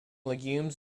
legumes